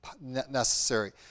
necessary